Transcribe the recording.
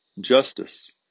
justice